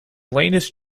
latest